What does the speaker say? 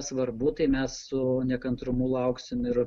svarbu tai mes su nekantrumu lauksim ir